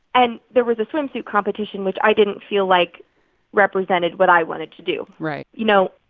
and there was a swimsuit competition, which i didn't feel like represented what i wanted to do right you know,